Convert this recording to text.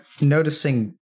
noticing